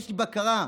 יש בקרה.